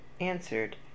answered